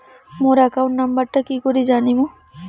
মোর account নাম্বারটা কি করি জানিম?